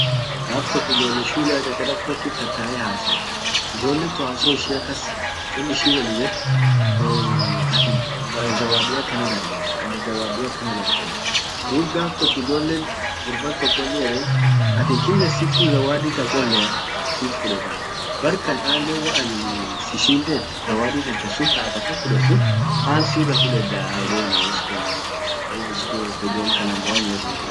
gaf tok ijjole shulea cchareko tokkit tae hasoa ijollen tunhaso ishia kas won ishin wollin ye anin zawadi akana dargedda. Dub gaf tok ijjollen gurban tok wonnin yeden atin kila siku zawadi ta ccholea, sit fuletaa barkan anen waanin sishindet zawadi tente sun taat akan fudet sun ant sira fudedaa edeni iskunnin.